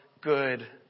good